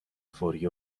فوری